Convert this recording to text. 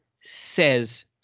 says